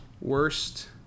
worst